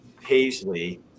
paisley